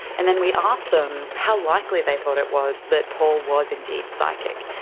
and then we ask them how likely they thought it was that paul was indeed psychic.